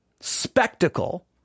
spectacle